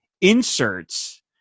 inserts